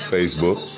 Facebook